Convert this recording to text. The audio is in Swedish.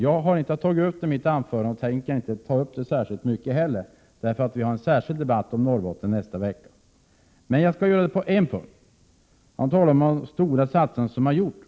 Jag har i mitt anförande inte tagit upp detta län och tänker inte heller beröra det särskilt mycket, eftersom vi nästa vecka skall ha en särskild debatt om Norrbotten. Låt mig bara nämna en punkt. Sven Lundberg talade om den stora Norrbottenssatsning som har gjorts.